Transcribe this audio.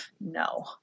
no